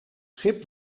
schip